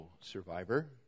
survivor